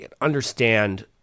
understand